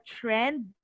trend